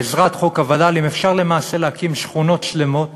בעזרת חוק הווד"לים אפשר למעשה להקים שכונות שלמות